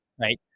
right